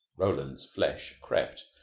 roland's flesh crept.